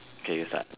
okay you start